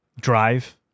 Drive